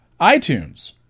iTunes